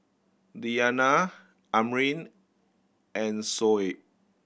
Diyana Amrin and Shoaib